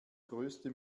größte